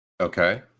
okay